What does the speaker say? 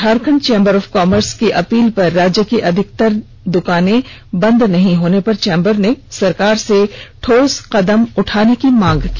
Jharkhand chamber of commerce की appeal पर राज्य की अधिकतर दुकानें बंद नहीं होने पर चैंबर ने सरकार से ठोस कदम उठाने की मांग की